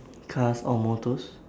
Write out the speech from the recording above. cars or motors